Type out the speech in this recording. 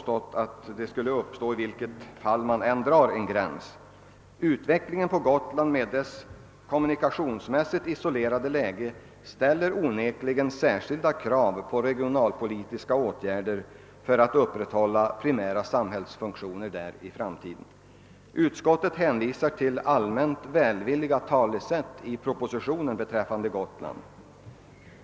Utvecklingen på Gotland med dess kommunikationsmässigt isolerade läge ställer onekligen särskilda krav på regionalpolitiska åtgärder för att primära samhällsfunktioner där skall kunna upprätthållas i framtiden. Utskottet hänvisar till allmänt välvilliga talesätt i propositionen beträffande Gotland.